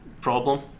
problem